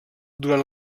durant